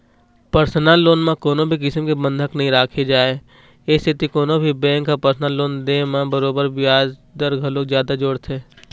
personal loan म कोनो भी किसम के बंधक नइ राखे जाए ए सेती कोनो भी बेंक ह परसनल लोन दे म बरोबर बियाज दर घलोक जादा जोड़थे